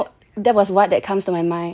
you know that was what that comes to my mind